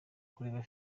kureba